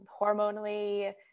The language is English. hormonally